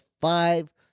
five